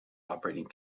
operating